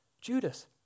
Judas